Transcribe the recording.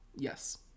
Yes